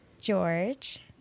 George